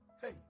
Hey